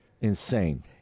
Insane